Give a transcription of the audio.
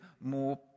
more